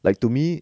like to me